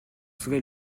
sauver